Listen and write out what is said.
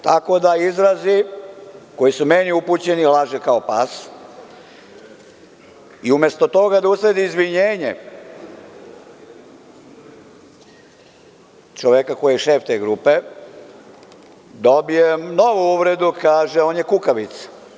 Tako da izrazi koji su meni upućeni – laže kao pas, i umesto toga da usledi izvinjenje, čoveka koji je šef te grupe, dobijem novu uvredu, kaže – on je kukavica.